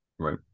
Right